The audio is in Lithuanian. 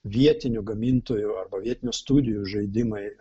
vietinių gamintojų arba vietinių studijų žaidimai